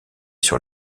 sur